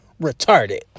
retarded